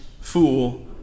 fool